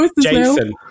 Jason